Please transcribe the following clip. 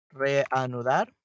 reanudar